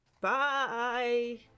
Bye